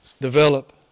develop